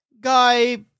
Guy